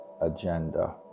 agenda